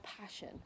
passion